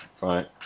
Right